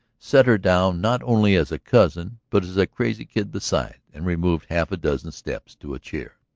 set her down not only as a cousin, but as a crazy kid besides, and removed half a dozen steps to a chair.